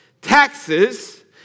taxes